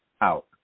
out